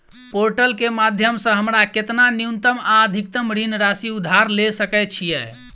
Portal केँ माध्यम सऽ हमरा केतना न्यूनतम आ अधिकतम ऋण राशि उधार ले सकै छीयै?